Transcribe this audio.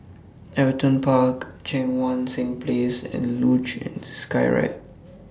Everton Park Cheang Wan Seng Place and Luge and Skyride